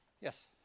Yes